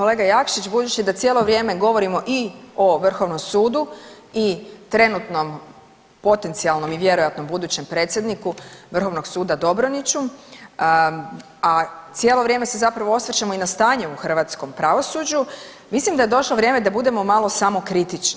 Kolega Jakšić budući da cijelo vrijeme govorimo i o Vrhovnom sudu i trenutnom potencijalom i vjerojatno budućem predsjedniku Vrhovnog suda Dobroniću, a cijelo vrijeme se zapravo osvrćemo i na stanje u hrvatskom pravosuđu mislim da je došlo vrijeme da budemo malo samokritični.